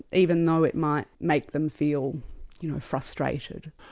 even though it might make them feel you know frustrated.